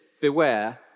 beware